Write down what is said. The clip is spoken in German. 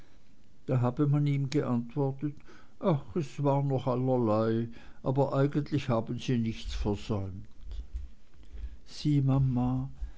da habe man ihm geantwortet ach es war noch allerlei aber eigentlich haben sie nichts versäumt sieh mama